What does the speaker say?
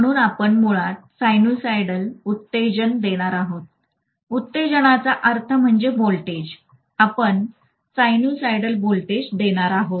म्हणून आपण मुळात सायनुसायडल उत्तेजन देणार आहोत उत्तेजनाचा अर्थ म्हणजे व्होल्टेज आपण साइनसॉइडल व्होल्टेज देणार आहोत